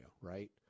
right